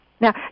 Now